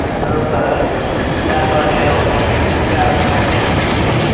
hello sir ਮੈਂ ਤੁਹਾਡੇ ਉੱਥੋਂ ਟੈਕਸੀ ਸਟੈਂਡ ਤੋਂ ਟੈਕਸੀ ਕੀਤੀ ਸੀਗੀ